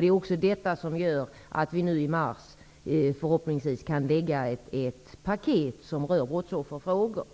Det är också detta som gör att vi nu i mars förhoppningsvis kan lägga fram ett paket som rör brottsofferfrågor.